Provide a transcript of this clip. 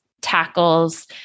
tackles